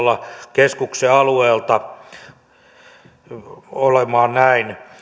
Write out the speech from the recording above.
keskuksen alueelta velvoittaa olemaan näin